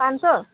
पाँच सय